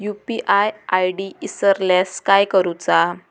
UPI ID इसरल्यास काय करुचा?